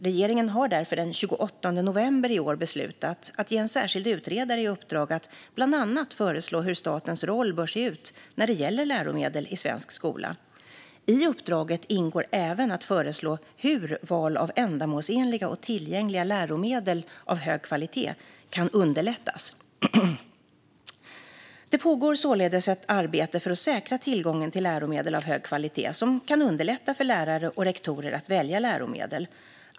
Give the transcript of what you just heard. Regeringen har därför den 28 november i år beslutat att ge en särskild utredare i uppdrag att bland annat föreslå hur statens roll bör se ut när det gäller läromedel i svensk skola. I uppdraget ingår även att föreslå hur val av ändamålsenliga och tillgängliga läromedel av hög kvalitet kan underlättas. Det pågår således ett arbete för att säkra tillgången till läromedel av hög kvalitet, som kan underlätta för lärare och rektorer att välja läromedel.